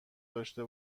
داشته